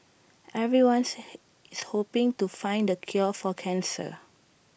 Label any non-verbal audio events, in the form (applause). everyone's (noise) hoping to find the cure for cancer